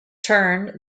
turn